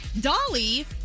Dolly